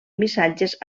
missatges